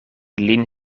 lin